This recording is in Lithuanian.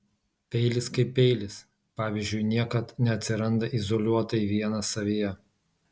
peilis kaip peilis pavyzdžiui niekad neatsiranda izoliuotai vienas savyje